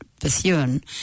Bethune